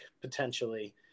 potentially